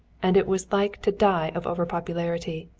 and it was like to die of overpopularity.